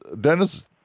Dennis